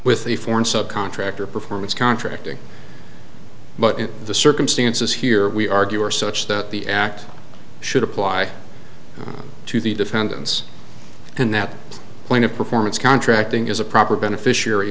with the foreign subcontractor performance contracting but in the circumstances here we argue are such that the act should apply to the defendants and that point of performance contracting is a proper beneficiary